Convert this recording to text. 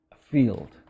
field